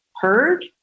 heard